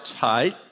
tight